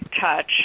touch